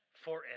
forever